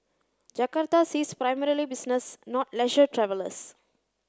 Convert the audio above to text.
Jakarta sees primarily business not leisure travellers